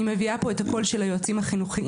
אני מביאה פה את הקול של היועצים החינוכיים